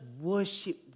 worship